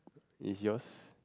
is yours